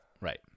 Right